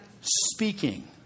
speaking